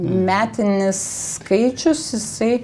metinis skaičius jisai